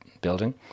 building